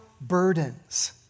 burdens